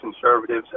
conservatives